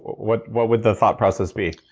what what would the thought process be?